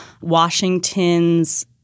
Washington's